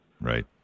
Right